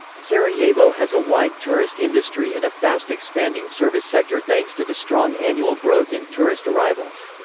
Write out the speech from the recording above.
sarajevo has a wide tourist industry and a fast expanding service sector thanks to the strong annual growth in tourist arrivals.